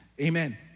Amen